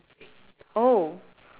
oh